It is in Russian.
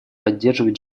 поддерживать